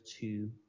two